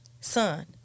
Son